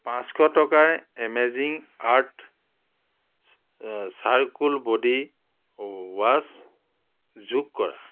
পাঁচশ টকাৰ amazing art charcoal body wash যোগ কৰা